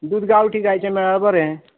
दूद गांवठी गायचें मेळ्या बरें